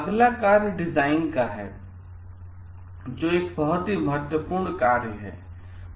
अगला कार्य डिज़ाइन है जो एक बहुत महत्वपूर्ण कार्य है